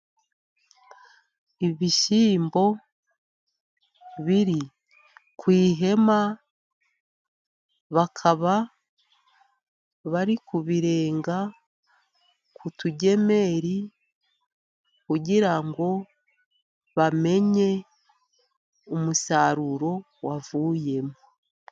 Ibishyimbo biri ku ihema, bakaba bari kubirenga ku tugemeri kugira ngo bamenye umusaruro wavuyemo.